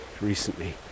recently